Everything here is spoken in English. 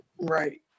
Right